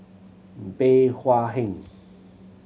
Bey Hua Heng